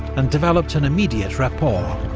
and developed an immediate rapport.